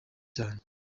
cyane